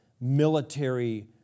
military